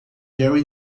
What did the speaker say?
gary